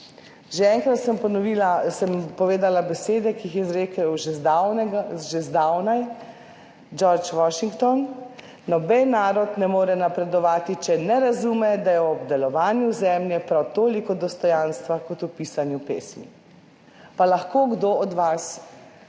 Že enkrat sem povedala besede, ki jih je izrekel že že zdavnaj George Washington: Noben narod ne more napredovati, če ne razume, da je v obdelovanju zemlje prav toliko dostojanstva kot v pisanju pesmi. Pa lahko kdo od vas o